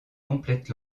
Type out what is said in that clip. complètent